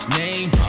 name